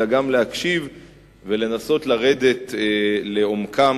אלא גם להקשיב ולנסות לרדת לעומקם,